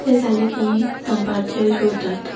तें जालें की दनपारचे जेवतात